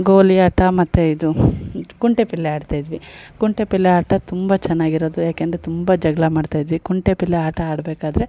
ಗೋಲಿಯಾಟ ಮತ್ತು ಇದು ಕುಂಟೆ ಬಿಲ್ಲೆ ಆಡ್ತಾ ಇದ್ವಿ ಕುಂಟೆ ಬಿಲ್ಲೆ ಆಟ ತುಂಬ ಚೆನ್ನಾಗಿರೋದು ಯಾಕಂದ್ರೆ ತುಂಬ ಜಗಳ ಮಾಡ್ತಾಯಿದ್ವಿ ಕುಂಟೆ ಬಿಲ್ಲೆ ಆಟ ಆಡಬೇಕಾದ್ರೆ